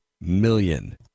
million